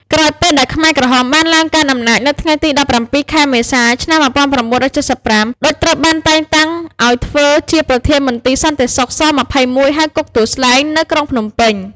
ក្រោយពេលដែលខ្មែរក្រហមបានឡើងកាន់អំណាច នៅថ្ងៃទី១៧ ខែមេសា ឆ្នាំ១៩៧៥ ឌុច ត្រូវបានតែងតាំងឱ្យធ្វើជាប្រធានមន្ទីរសន្តិសុខ ស-២១ ហៅ គុកទួលស្លែង នៅក្រុងភ្នំពេញ។